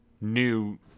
new